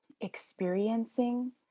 experiencing